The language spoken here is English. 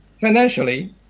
Financially